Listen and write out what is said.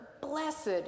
blessed